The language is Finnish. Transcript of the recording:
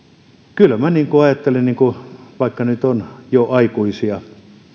kyllä minä ajattelen ja toivon vaikka lapseni ovat nyt jo aikuisia